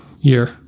year